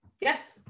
Yes